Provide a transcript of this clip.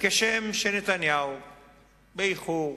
כשם שנתניהו באיחור,